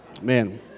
man